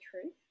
truth